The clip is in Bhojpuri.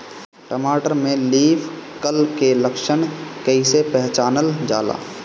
टमाटर में लीफ कल के लक्षण कइसे पहचानल जाला?